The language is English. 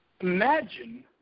Imagine